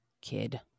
kid